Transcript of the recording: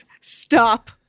Stop